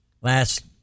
last